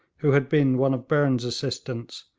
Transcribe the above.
who had been one of burnes' assistants,